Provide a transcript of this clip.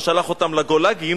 הוא שלח אותם לגולאגים,